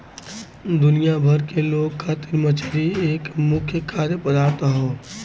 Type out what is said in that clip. दुनिया भर के लोग खातिर मछरी एक मुख्य खाद्य पदार्थ हौ